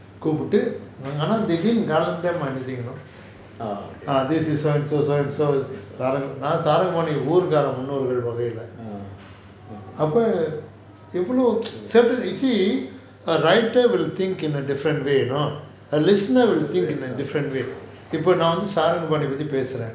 கூப்டு ஆனா:kupdu aanaa they didnt garland them anything you know this is so and so so and so saaranga நான்:naan saaranga pandi ஊரு கார் முன்னோர்கள் முறையில அப்போ எவ்ளோ:oor kaar munorgal muraiyila appo evlo see a writer will think in a different way a listener will think in a different way இப்போ நான் வந்து:ippo naan vanthu saaranga pandi பத்தி பேசுறேன்:pathi paesuraen